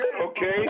okay